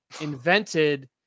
invented